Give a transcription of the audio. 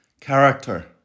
character